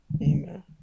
Amen